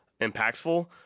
impactful